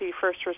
first